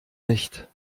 nicht